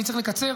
אני צריך לקצר.